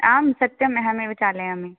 आं सत्यम् अहमेव चालयामि